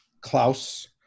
Klaus